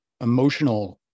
emotional